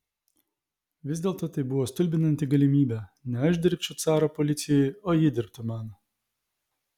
vis dėlto tai buvo stulbinanti galimybė ne aš dirbčiau caro policijai o ji dirbtų man